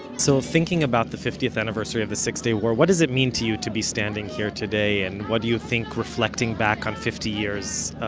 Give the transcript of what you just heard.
so thinking about the fiftieth anniversary of the six-day war, what does it mean to you to be standing here today, and what do you think reflecting back on fifty years,